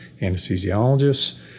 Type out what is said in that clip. anesthesiologists